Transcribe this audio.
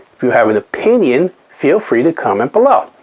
if you have an opinion, feel free to comment below.